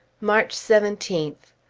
march seventeenth.